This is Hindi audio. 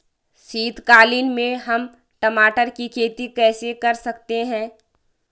शीतकालीन में हम टमाटर की खेती कैसे कर सकते हैं?